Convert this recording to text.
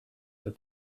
that